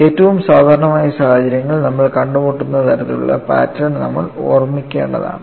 ഏറ്റവും സാധാരണമായ സാഹചര്യങ്ങളിൽ നമ്മൾ കണ്ടുമുട്ടുന്ന തരത്തിലുള്ള പാറ്റേൺ നമ്മൾ ഓർമ്മിക്കേണ്ടതാണ്